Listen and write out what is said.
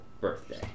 birthday